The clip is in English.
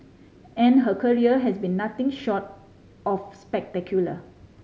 and her career has been nothing short of spectacular